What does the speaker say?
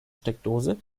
steckdose